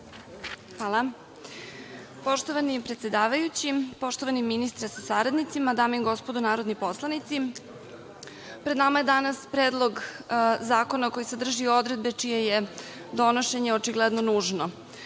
Poštovani predsedavajući, poštovani ministre sa saradnicima, dame i gospodo narodni poslanici, pred nama je danas Predlog zakona koji zadrži odredbe čije je donošenje očigledno nužno.